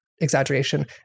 exaggeration